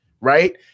Right